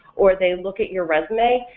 or they look at your resume,